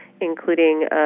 including